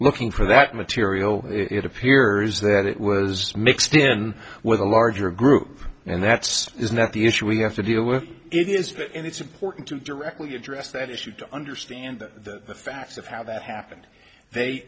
looking for that material it appears that it was mixed in with a larger group and that's is not the issue we have to deal with it is but and it's important to directly address that issue to understand that the facts of how that happened they